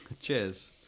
Cheers